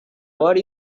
word